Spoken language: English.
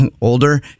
older